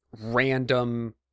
random